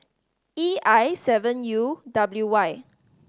E I seven U W Y